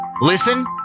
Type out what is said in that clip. listen